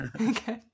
Okay